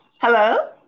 Hello